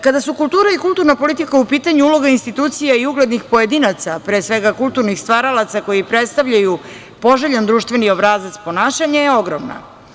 Kada su kultura i kulturna politika u pitanju, uloga institucija i uglednih pojedinaca, pre svega, kulturnih stvaralaca koji predstavljaju poželjan društveni obrazac je ogromna.